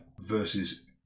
versus